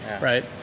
right